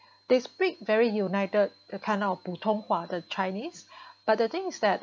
they speak very united the kind of 普通话 the Chinese but the thing is that